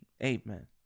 Amen